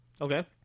Okay